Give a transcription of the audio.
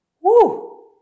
Woo